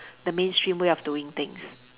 the mainstream way of doing things